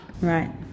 Right